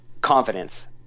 confidence